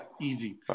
Easy